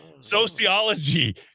Sociology